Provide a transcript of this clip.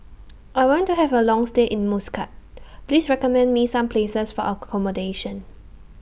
I want to Have A Long stay in Muscat Please recommend Me Some Places For accommodation